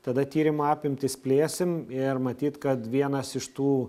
tada tyrimo apimtis plėsim ir matyt kad vienas iš tų